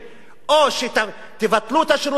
או שתבטלו את השירות האזרחי,